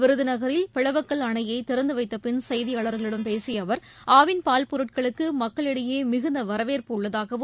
விருதுநகரில் பிளவக்கல் அணையை திறந்துவைத்தபின் செய்தியாளர்களிடம் பேசிய அவர் ஆவின் பால் பொருட்களுக்கு மக்களிடையே மிகுந்த வரவேற்பு உள்ளதாகவும்